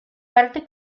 parte